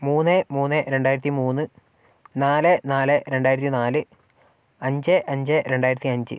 മൂന്ന് മൂന്ന് രണ്ടായിരത്തി മൂന്ന് നാല് നാല് രണ്ടായിരത്തി നാല് അഞ്ച് അഞ്ച് രണ്ടായിരത്തി അഞ്ച്